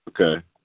Okay